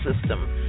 system